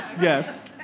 yes